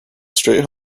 straight